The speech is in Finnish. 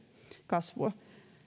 kasvua